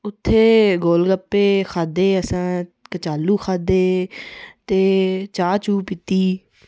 उत्थै गोलगप्पे खंदे असें कचालू खाद्धे ते चाह् चूह् पीती